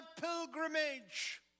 pilgrimage